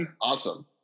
awesome